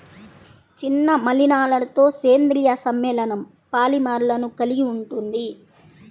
చిన్న మలినాలతోసేంద్రీయ సమ్మేళనంపాలిమర్లను కలిగి ఉంటుంది